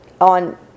on